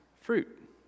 fruit